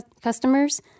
customers